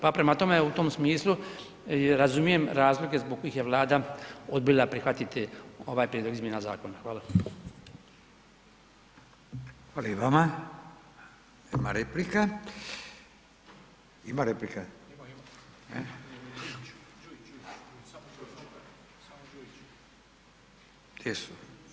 Pa preda tome, u tom smislu razumijem razloge zbog kojih je Vlada odbila prihvatiti ovaj prijedlog izmjena zakona.